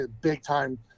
big-time